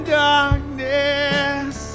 darkness